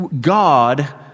God